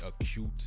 acute